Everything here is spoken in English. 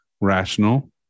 Rational